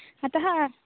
अत